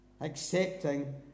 accepting